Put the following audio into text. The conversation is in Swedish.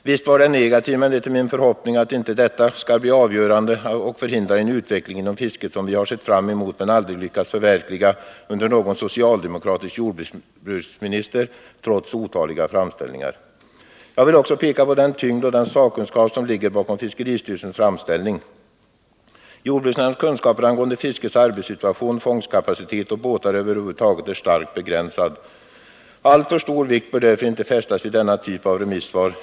Visst är den negativ, men det är min förhoppning att inte detta skall bli avgörande och förhindra en utveckling inom fisket som vi har sett fram emot men aldrig lyckats förverkliga under någon socialdemokratisk jordbruksminister — trots otaliga framställningar. Jag vill också peka på den tyngd och den sakkunskap som ligger bakom fiskeristyrelsens framställning. Jordbruksnämndens kunskaper angående fiskets arbetssituation, fångstkapacitet och båtar över huvud taget är starkt begränsade. Alltför stor vikt bör därför inte fästas vid denna typ av remissvar.